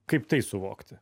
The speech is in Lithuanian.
kaip tai suvokti